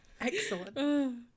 Excellent